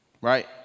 right